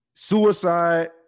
Suicide